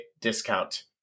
discount